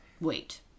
Wait